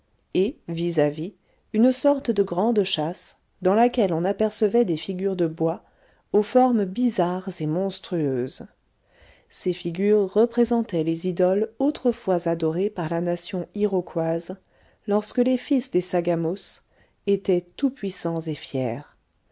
et vis-à-vis une sorte de grande châsse dans laquelle on apercevait des figures de bois aux formes bizarres et monstrueuses ces figures représentaient les idoles autrefois adorées par la nation iroquoise lorsque les fils des sagamos étaient tout-puissants et fiers